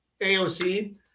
AOC